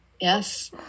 Yes